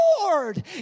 Lord